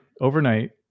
overnight